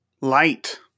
Light